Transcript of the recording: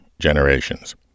generations